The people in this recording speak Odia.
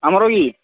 ଆମର କି